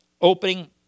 opening